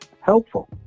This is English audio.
helpful